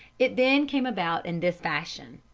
it then came about in this fashion.